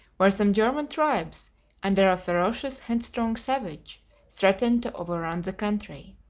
where some german tribes under a ferocious headstrong savage threatened to overrun the country.